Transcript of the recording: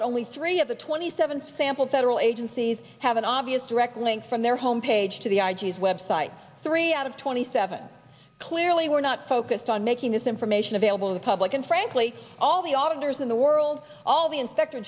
that only three of the twenty seven sample federal agencies have an obvious direct link from their home page to the i g is websites three out of twenty seven clearly were not focused on making this information available to the public and frankly all the auditors in the world all the inspector